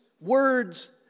words